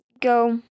go